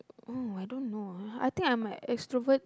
oh I don't know I'm think I'm a extrovert